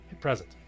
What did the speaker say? present